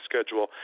schedule